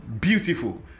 beautiful